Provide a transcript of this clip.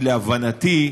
להבנתי,